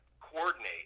Coordinate